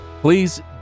Please